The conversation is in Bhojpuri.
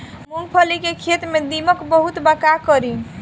मूंगफली के खेत में दीमक बहुत बा का करी?